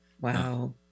Wow